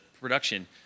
production